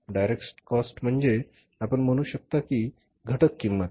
direct cost म्हणजे आपण म्हणू शकता की घटक किंमत